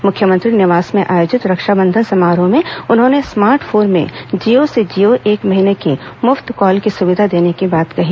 मुख्यमंत्री निवास में आयोजित रक्षाबंधन समारोह में उन्होंने स्मार्ट फोन में जियो से जियो एक महीने की मुफ्त कॉल की सुविधा देने की बात कही